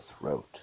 throat